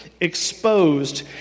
exposed